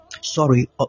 Sorry